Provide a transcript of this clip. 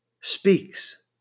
speaks